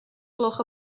gloch